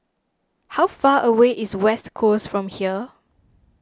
how far away is West Coast from here